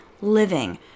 living